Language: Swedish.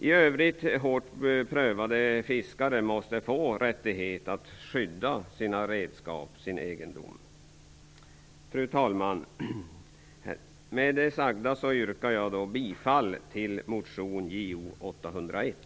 I övrigt hårt prövade fiskare måste få rättighet att skydda sina redskap - sin egendom. Fru talman! Med det sagda yrkar jag bifall till motion Jo801.